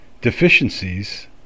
deficiencies